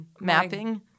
mapping